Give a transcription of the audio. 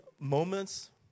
moments